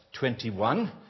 21